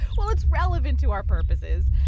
well, it's relevant to our purposes.